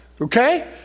Okay